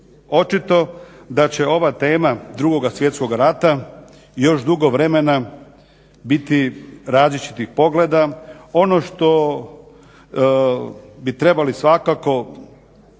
očito da će ova tema Drugog svjetskog rata još dugo vremena biti različitih pogleda. Ono što bi trebali svakako smoći